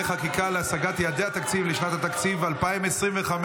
חקיקה להשגת יעדי התקציב לשנת התקציב 2025),